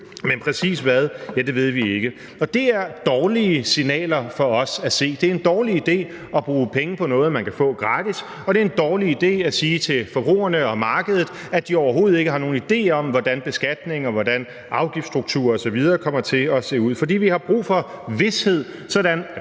men præcis hvad – ja, det ved vi ikke. Og det er dårlige signaler for os at se; det er en dårlig idé at bruge penge på noget, man kan få gratis, og det er en dårlig idé at sige til forbrugerne og til markedet, at man overhovedet ikke har nogen idé om, hvordan beskatningen og afgiftsstrukturen osv. kommer til at se ud. For vi har brug for vished, sådan